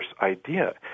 idea